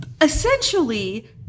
essentially